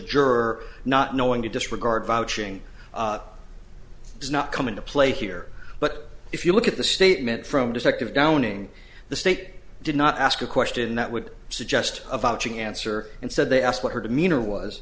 juror not knowing to disregard vouching does not come into play here but if you look at the statement from detective downing the state did not ask a question that would suggest a vouching answer and said they asked what her demeanor was